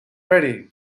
ready